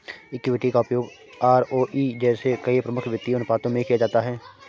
equity का उपयोग ROE जैसे कई प्रमुख वित्तीय अनुपातों में किया जाता है